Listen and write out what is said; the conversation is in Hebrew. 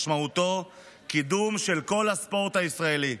משמעותו קידום של כל הספורט בישראל.